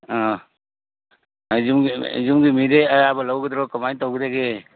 ꯑꯥ ꯌꯨꯝꯒꯤ ꯃꯤꯗꯩ ꯑꯌꯥꯕ ꯂꯧꯒꯗ꯭ꯔꯣ ꯀꯃꯥꯏ ꯇꯧꯒꯗꯒꯦ